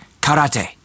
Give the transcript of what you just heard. karate